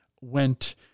went